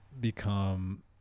become